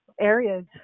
areas